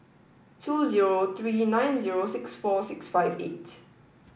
two zero three nine zero six four six five eight